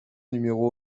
numéro